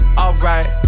alright